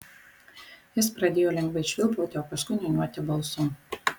jis pradėjo lengvai švilpauti o paskui niūniuoti balsu